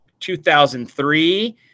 2003